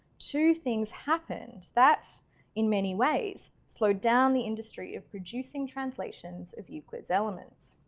two things happened that in many ways slowed down the industry of producing translations of euclid's elements.